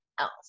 else